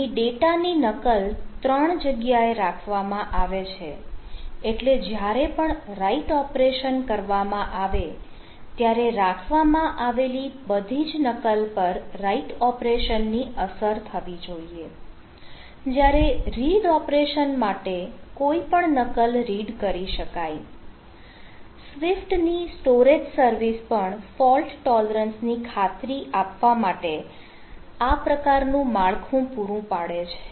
અહીં ડેટા ની નકલ ત્રણ જગ્યાએ રાખવામાં આવે છે એટલે જ્યારે પણ રાઇટ ની ખાતરી આપવા માટે આ પ્રકાર નું માળખું પુરું પાડે છે